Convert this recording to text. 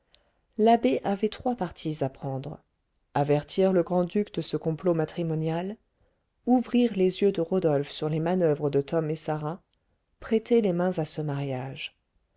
l'abbé avait trois partis à prendre avertir le grand-duc de ce complot matrimonial ouvrir les yeux de rodolphe sur les manoeuvres de tom et sarah prêter les mains à ce mariage